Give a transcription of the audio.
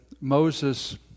Moses